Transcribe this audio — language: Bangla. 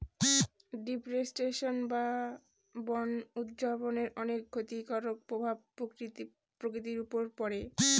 ডিফরেস্টেশন বা বন উজাড়ের অনেক ক্ষতিকারক প্রভাব প্রকৃতির উপর পড়ে